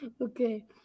Okay